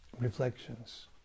reflections